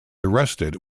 arrested